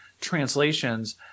translations